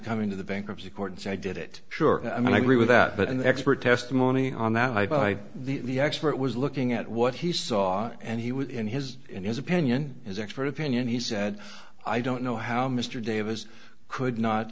come into the bankruptcy court and say i did it sure i mean i agree with that but in the expert testimony on that i by the expert was looking at what he saw and he would in his in his opinion his expert opinion he said i don't know how mr davis could not